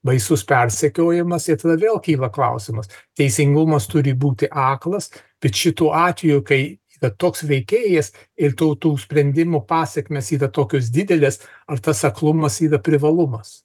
baisus persekiojimas ir tada vėl kyla klausimas teisingumas turi būti aklas bet šituo atveju kai toks veikėjas ir tau tų sprendimų pasekmės yra tokios didelės ar tas aklumas yra privalumas